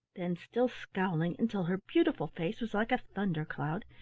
then, still scowling until her beautiful face was like a thunder-cloud,